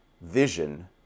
vision